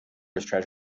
treasure